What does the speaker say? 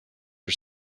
are